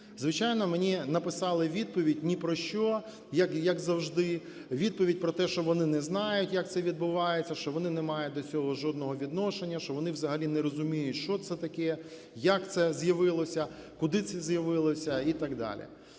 Звичайно, мені написали відповідь ні про що, як завжди, відповідь про те, що вони не знають, як це відбувається, що вони не мають до цього жодного відношення, що вони взагалі не розуміють, що це таке, як це з'явилося, коли це з'явилося і так далі.